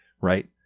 right